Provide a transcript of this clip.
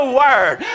word